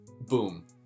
Boom